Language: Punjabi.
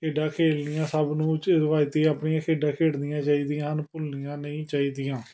ਖੇਡਾਂ ਖੇਡਣੀਆਂ ਸਭ ਨੂੰ ਚ ਰਿਵਾਇਤੀ ਆਪਣੀਆਂ ਖੇਡਾਂ ਖੇਡਣੀਆਂ ਚਾਹੀਦੀਆਂ ਹਨ ਭੁੱਲਣੀਆਂ ਨਹੀਂ ਚਾਹੀਦੀਆਂ